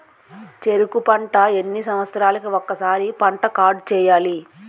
చెరుకు పంట ఎన్ని సంవత్సరాలకి ఒక్కసారి పంట కార్డ్ చెయ్యాలి?